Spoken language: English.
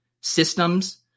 systems